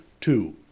two